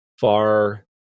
far